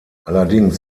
allerdings